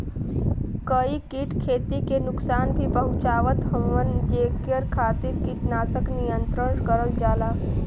कई कीट खेती के नुकसान भी पहुंचावत हउवन जेकरे खातिर कीटनाशक नियंत्रण करल जाला